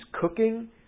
cooking